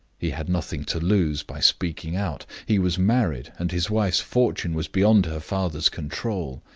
he had nothing to lose by speaking out he was married, and his wife's fortune was beyond her father's control